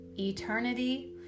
Eternity